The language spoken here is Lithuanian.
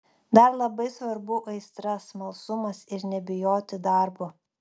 dar labai svarbu aistra smalsumas ir nebijoti darbo